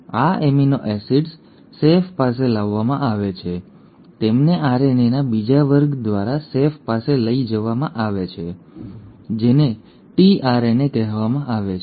અને આ amino acids સેફ પાસે લાવવામાં આવે છે તેમને આરએનએના બીજા વર્ગ દ્વારા સેફ પાસે લઈ જવામાં આવે છે જેને ટીઆરએનએ કહેવામાં આવે છે